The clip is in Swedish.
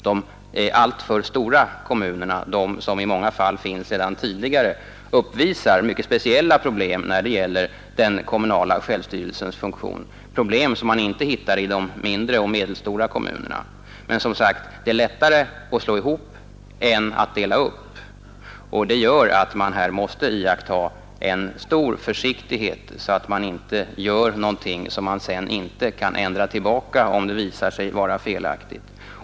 De alltför stora kommunerna, de som i många fall finns sedan tidigare, uppvisar mycket speciella problem när det gäller den kommunala självstyrelsens funktion — problem som man inte hittar i de mindre och medelstora kommunerna. Men, som sagt, det är lättare att slå ihop än att dela upp. Det gör att man måste iaktta stor försiktighet så att man inte gör något som sedan inte kan ändras tillbaka, om det visar sig vara felaktigt.